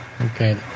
Okay